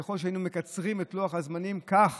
ככל שהיינו מקצרים את לוח הזמנים, כך